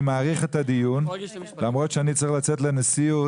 אני מאריך את הדיון למרות שאני צריך לצאת לנשיאות,